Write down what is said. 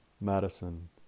Madison